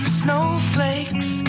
snowflakes